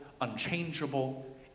unchangeable